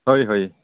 হয় হয়